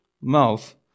mouth